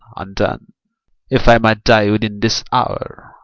undone! if i might die within this hour,